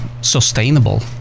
sustainable